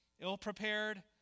ill-prepared